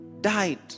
Died